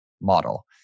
model